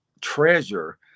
treasure